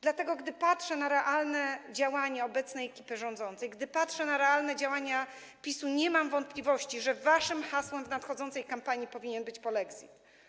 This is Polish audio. Dlatego gdy patrzę na realne działania obecnej ekipy rządzącej, realne działania PiS-u, nie mam wątpliwości, że waszym hasłem w nadchodzącej kampanii powinien być polexit.